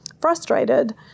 frustrated